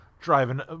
driving